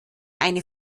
eine